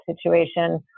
situation